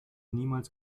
niemals